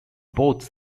both